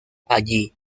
allí